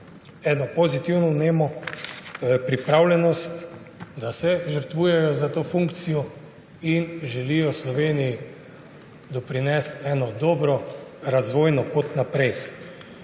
eno pozitivno vnemo, pripravljenost, da se žrtvujejo za to funkcijo, in da želijo Sloveniji doprinesti eno dobro razvojno pot naprej.